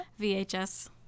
VHS